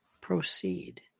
Proceed